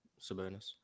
sabonis